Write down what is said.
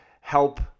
help